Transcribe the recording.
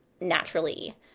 naturally